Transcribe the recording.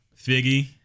Figgy